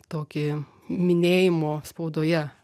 tokį minėjimo spaudoje